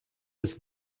des